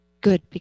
good